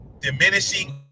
diminishing